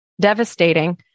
Devastating